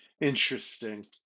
Interesting